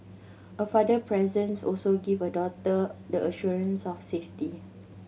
a father presence also give a daughter the assurance of safety